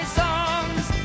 songs